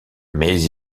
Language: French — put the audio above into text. mais